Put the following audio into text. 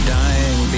dying